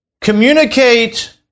communicate